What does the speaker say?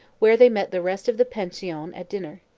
where they met the rest of the pension at dinner.